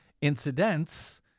incidents